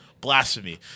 blasphemy